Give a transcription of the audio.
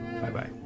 Bye-bye